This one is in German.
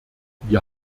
wir